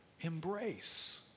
embrace